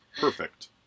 perfect